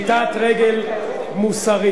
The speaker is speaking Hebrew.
פשיטת רגל מוסרית.